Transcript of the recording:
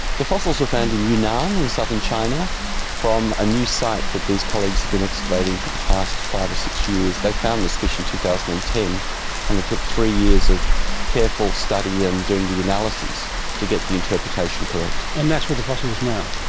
the fossils were found in yunnan in southern china from a new site that these colleagues have been excavating for the past five or six years. they found this fish in two thousand and ten and it took three years of careful study and doing the analyses to get the interpretation correct. correct. and that's where the fossil is now?